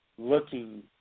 Looking